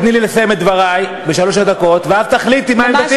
קודם כול תיתני לי לסיים את דברי בשלוש הדקות ואז תחליטי מה עמדתי.